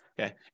okay